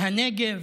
מהנגב.